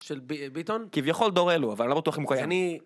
של ביטון כביכול דור אלו אבל לא בטוח אם הוא קיים